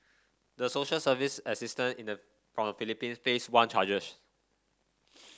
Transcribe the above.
the social service assistant in the from the Philippines face one charge